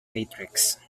matrix